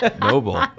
Noble